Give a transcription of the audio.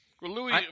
Louis